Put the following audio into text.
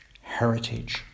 heritage